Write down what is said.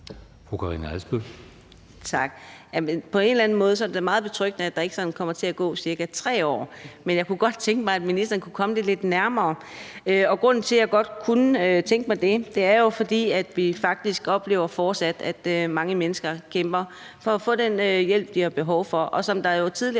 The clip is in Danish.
Karina Adsbøl (DD): Tak. På en eller anden måde er det da meget betryggende, at der ikke sådan kommer til at gå ca. 3 år, men jeg kunne godt tænke mig, at ministeren kunne komme det lidt nærmere, og grunden til, at jeg godt kunne tænke mig det, er jo, at vi faktisk fortsat oplever, at mange mennesker kæmper for at få den hjælp, de har behov for, og som det er sagt tidligere